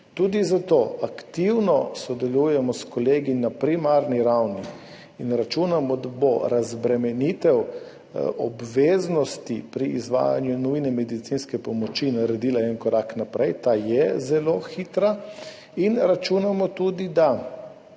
Tudi zato aktivno sodelujemo s kolegi na primarni ravni in računamo, da bo razbremenitev obveznosti pri izvajanju nujne medicinske pomoči naredila korak naprej, ta je zelo hitra, in računamo tudi, da